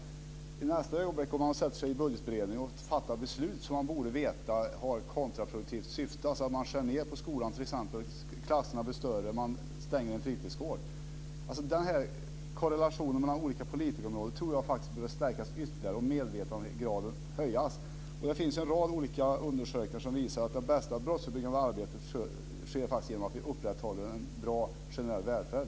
I nästa ögonblick går man och sätter sig i budgetberedning och fattar beslut som man borde veta har kontraproduktivt syfte, alltså att man t.ex. skär ned på skolan. Klasserna blir större. Man stänger en fritidsgård. Den här korrelationen mellan olika politikområden tror jag behöver stärkas ytterligare, och medvetandegraden behöver höjas. Det finns ju en rad olika undersökningar som visar att det bästa brottsförebyggande arbetet faktiskt sker genom att vi upprätthåller en bra generell välfärd.